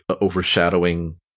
overshadowing